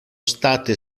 state